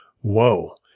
Whoa